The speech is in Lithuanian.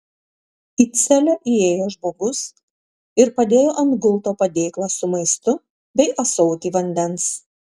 į celę įėjo žmogus ir padėjo ant gulto padėklą su maistu bei ąsotį vandens